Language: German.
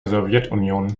sowjetunion